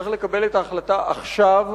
צריך לקבל את ההחלטה עכשיו,